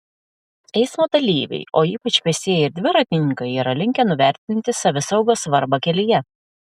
eismo dalyviai o ypač pėstieji ir dviratininkai yra linkę nuvertinti savisaugos svarbą kelyje